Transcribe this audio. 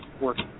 work